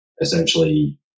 essentially